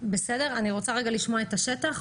בסדר, אני רוצה רגע לשמוע את השטח.